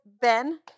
Ben